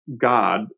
god